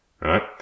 right